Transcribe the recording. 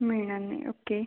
मिळणार नाही ओके